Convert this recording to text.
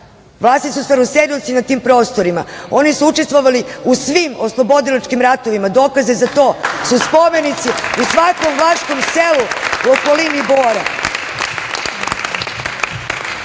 Vlasi su starosedeoci na tim prostorima oni su učestvovali u svim oslobodilačkim ratovima, dokazi za to su spomenici u svakom vlaškom selu u okolini Bora. Evo,